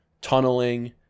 tunneling